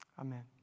Amen